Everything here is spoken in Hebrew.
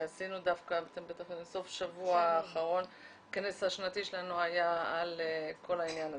שעשינו דווקא בסוף השבוע האחרון כנס שנתי על כל העניין הזה.